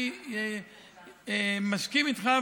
אני מסכים איתך,